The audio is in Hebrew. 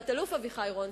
תת-אלוף אביחי רונצקי,